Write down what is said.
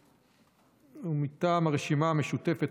מטעם הרשימה המשותפת,